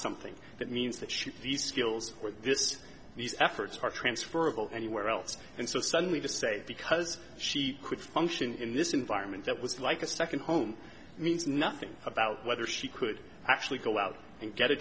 something that means that should these skills or this these efforts are transferable anywhere else and so suddenly to say because she could function in this environment that was like a second home means nothing about whether she could actually go out and get a